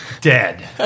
Dead